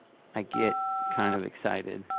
i get kind of excited.